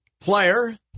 player